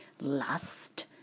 lust